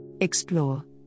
Explore